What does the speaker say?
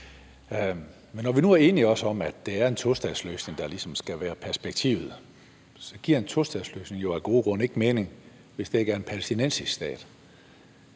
Når vi nu er enige om, at det er en tostatsløsning, der skal være perspektivet, så giver en tostatsløsning jo af gode grunde ikke mening, hvis der ikke er en palæstinensisk stat.